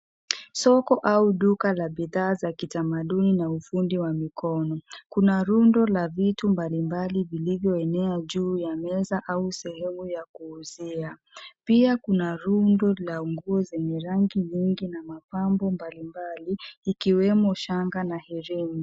Soko au duka la bidhaa za kitamaduni na ufundi wa mkono. Kuna rundo la vitu mbalimbali vilivyoenea juu ya meza au sehemu ya kuuzia. Pia kuna rundo la nguo zenye rangi nyingi na mapambo mbalimbali ikiwemo shanga na hereni.